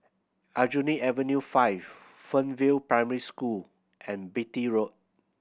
Aljunied Avenue Five Fernvale Primary School and Beatty Road